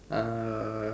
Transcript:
uh